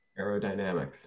Aerodynamics